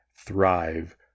thrive